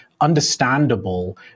understandable